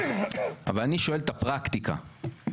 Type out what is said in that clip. אני שואל על הפרקטיקה,